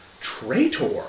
traitor